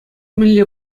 мӗнле